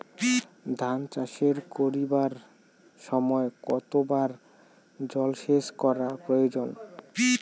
ধান চাষ করিবার সময় কতবার জলসেচ করা প্রয়োজন?